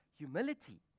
Humility